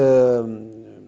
um